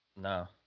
No